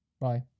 Bye